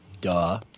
Duh